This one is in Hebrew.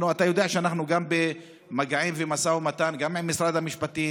אתה יודע שאנחנו במגעים ומשא ומתן גם עם משרד המשפטים,